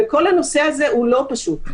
כל הנושא הזה הוא לא פשוט,